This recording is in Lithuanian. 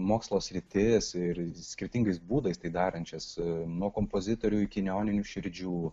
mokslo sritis ir skirtingais būdais tai darančias nuo kompozitorių iki neoninių širdžių